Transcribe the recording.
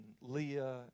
Leah